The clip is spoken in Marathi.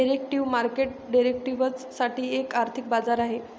डेरिव्हेटिव्ह मार्केट डेरिव्हेटिव्ह्ज साठी एक आर्थिक बाजार आहे